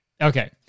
Okay